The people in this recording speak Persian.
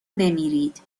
بمیرید